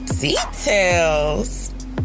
details